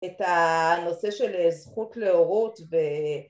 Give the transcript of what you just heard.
את הנושא של זכות להורות ו...